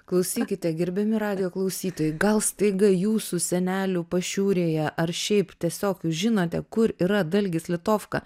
klausykite gerbiami radijo klausytojai gal staiga jūsų senelių pašiūrėje ar šiaip tiesiog jūs žinote kur yra dalgis litovka